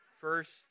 first